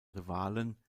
rivalen